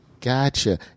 Gotcha